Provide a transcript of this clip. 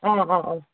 অঁ অঁ অঁ